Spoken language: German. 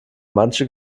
manche